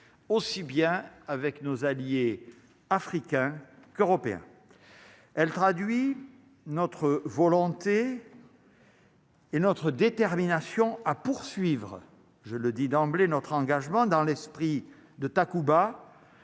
aussi bien avec nos alliés africains qu'européens, elle traduit notre volonté. Et notre détermination à poursuivre, je le dis d'emblée notre engagement dans l'esprit de Takuba